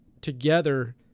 together